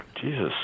Jesus